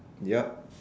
ya